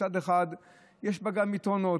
מצד אחד יש בה גם יתרונות,